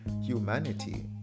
humanity